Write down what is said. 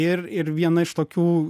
ir ir viena iš tokių